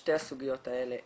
לשתי הסוגיות האלה.